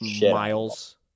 miles